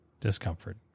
discomfort